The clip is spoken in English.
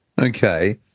Okay